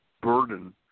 burden